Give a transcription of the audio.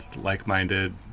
like-minded